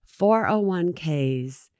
401ks